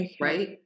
Right